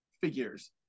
figures